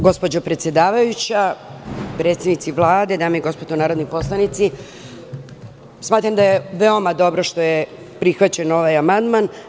Gospođo predsedavajuća, predstavnici Vlade, dame i gospodo narodni poslanici, smatram da je veoma dobro što je prihvaćen ovaj amandman.